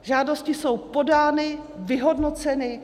Žádosti jsou podány, vyhodnoceny.